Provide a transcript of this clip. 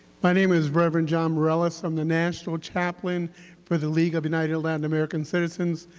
my name is reverend john morales, i'm the national chaplain for the league of united latin american citizens.